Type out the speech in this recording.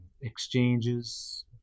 exchanges